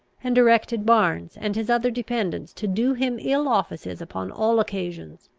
and directed barnes and his other dependents to do him ill offices upon all occasions.